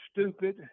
stupid